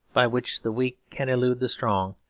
by which the weak can elude the strong,